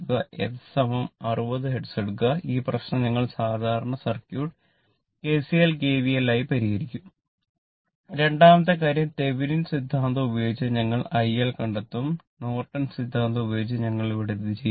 f60 hertz എടുക്കുക ഈ പ്രശ്നം ഞങ്ങൾ സാധാരണ സർക്യൂട്ട് KCL KVL ആയി പരിഹരിക്കും രണ്ടാമത്തെ കാര്യം തെവനിൻ സിദ്ധാന്തം ഉപയോഗിച്ച് ഞങ്ങൾ ഇത് ചെയ്യും